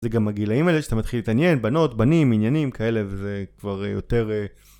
זה גם הגילאים האלה שאתה מתחיל להתעניין, בנות, בנים, עניינים כאלה וזה כבר יותר...